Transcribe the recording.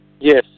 Yes